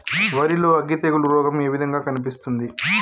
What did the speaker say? వరి లో అగ్గి తెగులు రోగం ఏ విధంగా కనిపిస్తుంది?